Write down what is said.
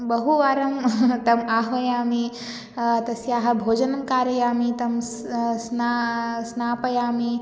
बहुवारं ताम् आह्वयामि तस्याः भोजनं कारयामि तां स् स्ना स्नापयामि